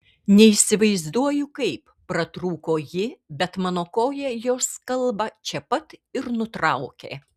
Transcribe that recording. neįsivaizduoju kaip pratrūko ji bet mano koja jos kalbą čia pat ir nutraukė